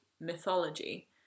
mythology